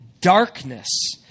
darkness